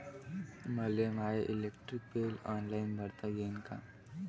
मले माय electric bill online भरता येईन का?